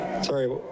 Sorry